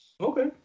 Okay